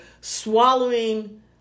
swallowing